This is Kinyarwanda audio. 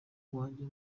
uwanjye